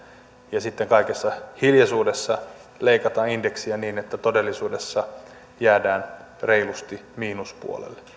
ja sitten kaikessa hiljaisuudessa leikataan indeksiä niin että todellisuudessa jäädään reilusti miinuspuolelle